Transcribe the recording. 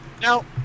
No